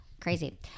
crazy